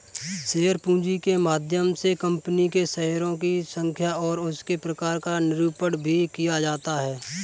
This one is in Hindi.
शेयर पूंजी के माध्यम से कंपनी के शेयरों की संख्या और उसके प्रकार का निरूपण भी किया जाता है